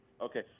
Okay